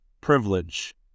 privilege